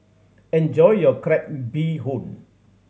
enjoy your crab bee hoon